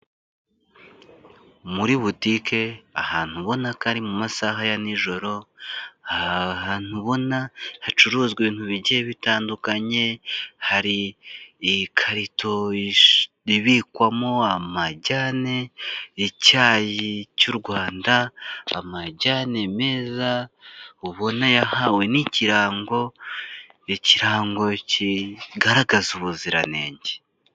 Muri butike ahantu ubona ko ari mu masaha ya nijoro, ahantu ubona hacuruzwa ibintu bigiye bitandukanye, hari ikarito ibikwamo amajyane, icyayi cy'u Rwanda, amajyane meza ubona yahawe n'ikirango, ikirango kigaragaza ubuziranenge.